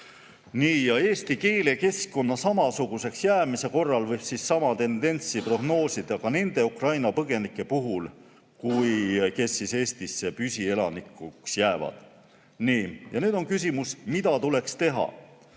vastu. Eesti keelekeskkonna samasuguseks jäämise korral võib sama tendentsi prognoosida ka nende Ukraina põgenike puhul, kes Eestisse püsielanikuks jäävad. Ja nüüd on küsimus: mida tuleks teha?